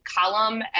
column